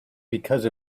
because